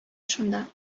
шунда